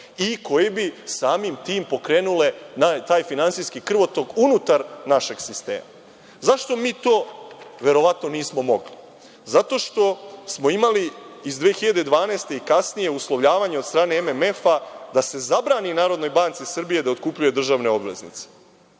i koji bi samim tim pokrenule taj finansijski krvotok unutar našeg sistema? Zašto mi to verovatno nismo mogli? Zato što smo imali iz 2012. godine i kasnije uslovljavanje od strane MMF-a da se zabrani NBS da otkupljuje državne obveznice.